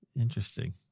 Interesting